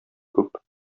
күп